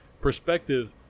perspective